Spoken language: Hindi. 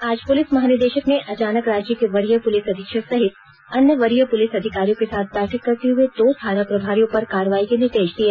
आज पुलिस महानिदेशक ने अचानक रांची के वरीय पुलिस अधीक्षक सहित अन्य वरीय पुलिस अधिकारियों के साथ बैठक करते हुए दो थाना प्रभारियों पर कार्रवाई के निर्देश दिए